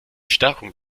stärkung